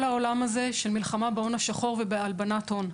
העולם הזה של המלחמה בהון השחור ובהלבנת הון.